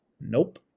Nope